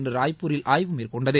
இன்று ராய்பூரில் ஆய்வு மேற்கொண்டது